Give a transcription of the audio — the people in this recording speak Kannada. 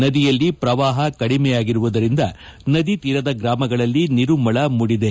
ನದಿಯಲ್ಲಿ ಪ್ರವಾಹ ಕಡಿಮೆ ಆಗಿರುವುದರಿಂದ ನದಿ ತೀರದ ಗ್ರಾಮಗಳಲ್ಲಿ ನಿರುಮ್ಗಳ ಮೂಡಿದೆ